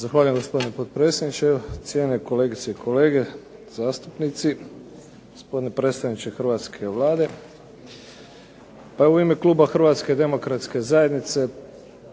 Zahvaljujem, gospodine potpredsjedniče. Cijenjene kolegice i kolege zastupnici. Gospodine predsjedniče hrvatske Vlade. Pa evo u ime kluba Hrvatske demokratske zajednice